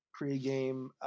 pregame